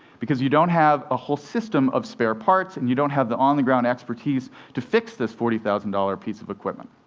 because you don't have a whole system of spare parts, and you don't have the on-the-ground expertise to fix this forty thousand dollars piece of equipment.